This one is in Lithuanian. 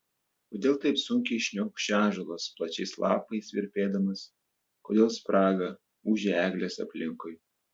kodėl taip sunkiai šniokščia ąžuolas plačiais lapais virpėdamas kodėl spraga ūžia eglės aplinkui